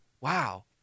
wow